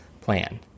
plan